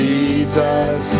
Jesus